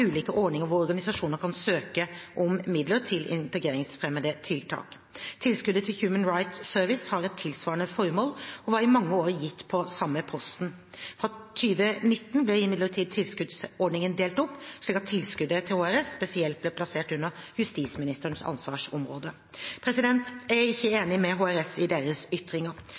ulike ordninger hvor organisasjoner kan søke om midler til integreringsfremmende tiltak. Tilskuddet til Human Rights Service har et tilsvarende formål og var i mange år gitt på den samme posten. Fra 2019 ble imidlertid tilskuddsordningen delt opp, slik at tilskuddet til HRS spesielt ble plassert under justisministerens ansvarsområde. Jeg er ikke enig med HRS i deres ytringer.